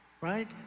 right